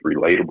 relatable